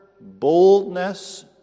boldness